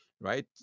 Right